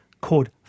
called